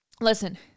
Listen